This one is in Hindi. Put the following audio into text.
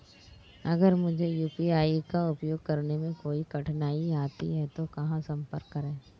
अगर मुझे यू.पी.आई का उपयोग करने में कोई कठिनाई आती है तो कहां संपर्क करें?